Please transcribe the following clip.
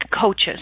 coaches